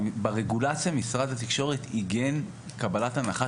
ברגולציה משרד התקשורת עיגן קבלת הנחה